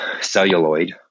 celluloid